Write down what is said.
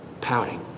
pouting